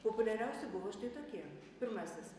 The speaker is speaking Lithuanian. populiariausi buvo štai tokie pirmasis